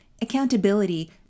Accountability